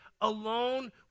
alone